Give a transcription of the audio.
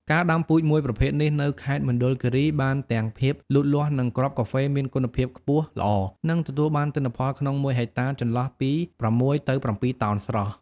ការដាំពូជមួយប្រភេទនេះនៅខេត្តមណ្ឌលគិរី បានទាំងភាពលូតលាស់ និងគ្រាប់កាហ្វេមានគុណភាពខ្ពស់ល្អ និងទទួលបានទិន្នផលក្នុងមួយហិកតារចន្លោះពី ៦ ទៅ ៧តោនស្រស់។